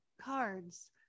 cards